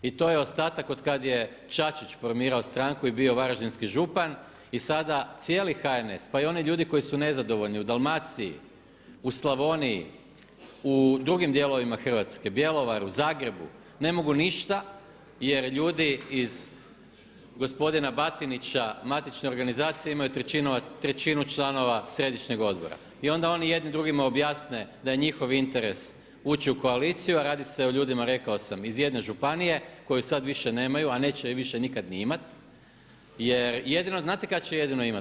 I to je ostatak otkad je Čačić formirao stranku i bio varaždinski župan i sada cijeli HNS, pa i oni ljudi koji su nezadovoljni, u Dalmaciji, u Slavoniji, u drugim dijelovima Hrvatske, Bjelovaru, Zagrebu, ne mogu ništa jer ljudi iz gospodina Batinića, matične organizacije imaju trećinu članova središnjeg odbora i onda oni jedni drugima objasne da je njihov interes ući u koaliciju a radi se o ljudima, rekao sam iz jedne županije koju sad više nemaju a neće je više nikad ni imati jer jedino, znate kad će je jedino imat?